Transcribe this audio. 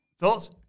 Thoughts